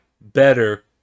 better